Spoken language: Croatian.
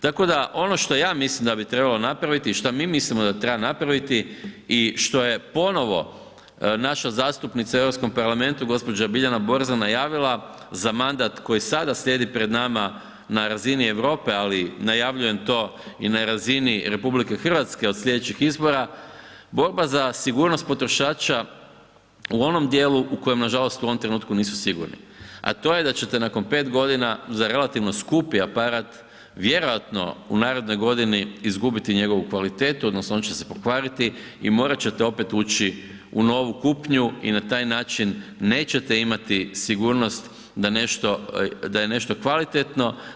Tako da ono što ja mislim da bi trebalo napraviti i šta mi mislimo da treba napraviti i što je ponovo naša zastupnica u Europskom parlamentu gospođa Biljana Borzan najavila za mandat koji sada slijedi pred nama na razini Europi, ali najavljujem to i na razini RH od sljedećih izbora, borba za sigurnost potrošača u onom dijelu u kojem nažalost u ovom trenutku nisu sigurni, a to je da ćete nakon 5 godina za relativno skupi aparat vjerojatno u narednoj godini izgubiti njegovu kvalitetu, odnosno on će se pokvariti i morat ćete opet ući u novu kupnju i na taj način nećete imati sigurnost da je nešto kvalitetno.